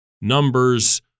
numbers